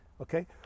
Okay